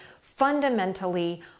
fundamentally